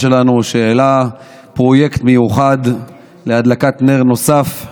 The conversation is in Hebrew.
שלנו העלה פרויקט מיוחד להדלקת נר נוסף,